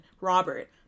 Robert